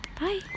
Bye